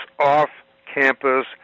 off-campus